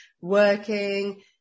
working –